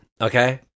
Okay